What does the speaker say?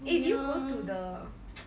ya